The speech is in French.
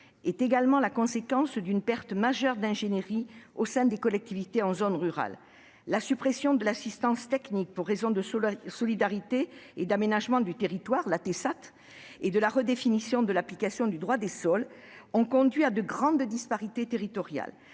est également la conséquence d'une perte majeure d'ingénierie au sein des collectivités en zone rurale. La suppression de l'assistance technique de l'État pour des raisons de solidarité et d'aménagement du territoire (Atésat) et la redéfinition de l'application du régime des autorisations du droit des sols (ADS) ont conduit à de grandes disparités territoriales.